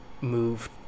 move